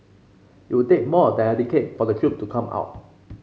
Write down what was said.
it would take more than a decade for the truth to come out